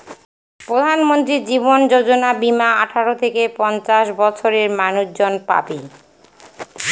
প্রধানমন্ত্রী জীবন যোজনা বীমা আঠারো থেকে পঞ্চাশ বছরের মানুষজন পাবে